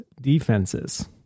defenses